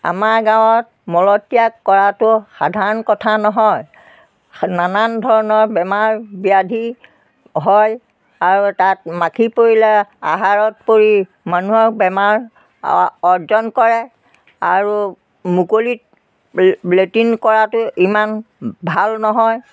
আমাৰ গাঁৱত মলত্যাগ কৰাটো সাধাৰণ কথা নহয় নানান ধৰণৰ বেমাৰ ব্যাধি হয় আৰু তাত মাখি পৰিলে আহাৰত পৰি মানুহক বেমাৰ অৰ্জন কৰে আৰু মুকলিত লেট্ৰিন কৰাটো ইমান ভাল নহয়